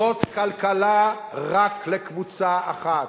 זאת כלכלה רק לקבוצה אחת.